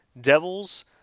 Devils